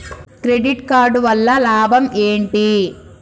Credit card వల్ల లాభం ఏంటి?